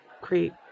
create